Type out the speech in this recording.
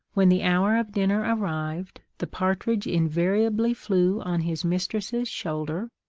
when the hour of dinner arrived, the partridge invariably flew on his mistress's shoulder,